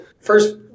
first